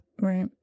Right